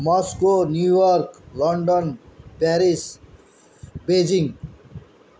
Moscow New York London Paris Beijing